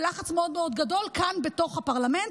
בלחץ מאוד מאוד גדול כאן בתוך הפרלמנט.